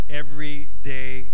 everyday